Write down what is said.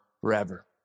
forever